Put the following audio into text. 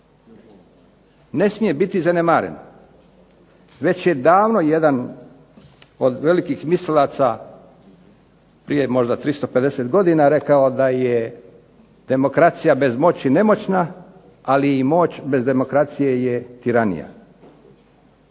ne smije biti zanemarena. Već je davno jedan od velikih mislilaca prije možda 350 godina rekao da je demokracija bez moći nemoćna, ali i moć bez demokracije je tiranija.